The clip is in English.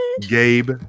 Gabe